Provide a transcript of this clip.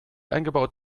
eingebaut